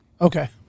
Okay